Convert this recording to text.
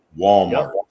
Walmart